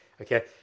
okay